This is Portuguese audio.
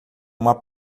uma